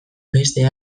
beste